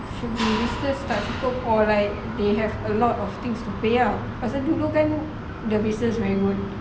should be business tak cukup or like they have a lot of things to pay ah pasal dulu kan the business very good